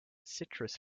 citrus